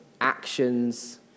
actions